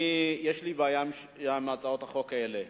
יש לי בעיה עם הצעות החוק האלה.